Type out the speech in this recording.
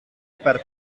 per